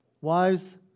Wives